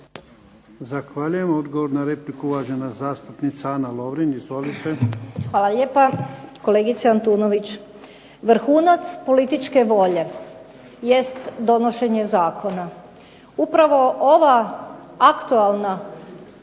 Zahvaljujem. Odgovor na repliku, uvažena zastupnica Ana Lovrin. Izvolite. **Lovrin, Ana (HDZ)** Hvala lijepa. Kolegice Antunović, vrhunac političke volje jest donošenje zakona. Upravo ova aktualna